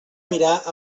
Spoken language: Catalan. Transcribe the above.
mirar